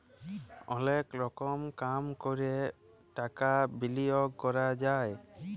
অলেক রকম কাম ক্যরে টাকা বিলিয়গ ক্যরা যায়